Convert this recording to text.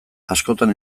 askotan